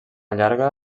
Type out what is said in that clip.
llarga